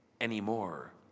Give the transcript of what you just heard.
anymore